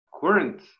current